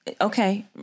okay